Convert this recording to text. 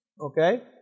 Okay